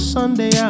Sunday